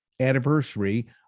anniversary